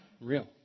real